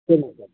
சரிங்க சார்